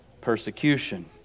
persecution